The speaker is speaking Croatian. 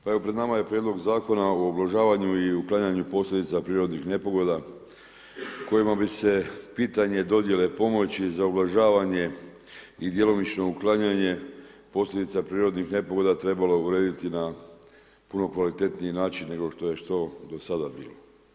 Pa evo, pred nama je prijedlog Zakona o ublažavanju i uklanjanju posljedica prirodnih nepogoda kojima bi se pitanje dodjele pomoći za ublažavanje i djelomično uklanjanje posljedica prirodnih nepogoda trebalo urediti na puno kvalitetniji način nego što je to do sada bilo.